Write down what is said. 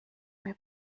mir